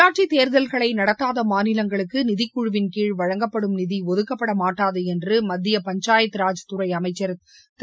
உள்ளாட்சித் தேர்தல்களை நடத்தாத மாநிலங்களுக்கு நிதிக்குழுவின்கீழ் வழங்கப்படும் நிதி ஒதுக்கப்படமாட்டாது என்று மத்திய பஞ்சாயத்து ராஜ் துறை அமைச்சர் திரு